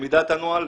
למידת הנוהל.